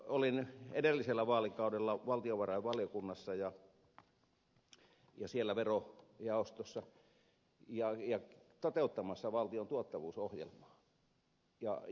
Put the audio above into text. olin edellisellä vaalikaudella valtiovarainvaliokunnassa ja siellä verojaostossa toteuttamassa valtion tuottavuusohjelmaa